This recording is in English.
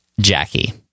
Jackie